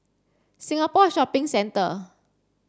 Singapore Shopping Centre